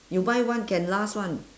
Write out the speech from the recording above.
you buy one can last [one]